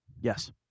Yes